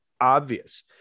obvious